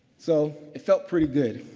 so, it felt pretty good.